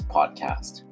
Podcast